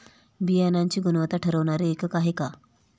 बियाणांची गुणवत्ता ठरवणारे एकक आहे का?